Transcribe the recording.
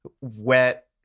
wet